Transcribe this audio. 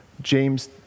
James